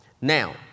Now